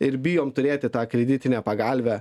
ir bijom turėti tą kreditinę pagalvę